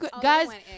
guys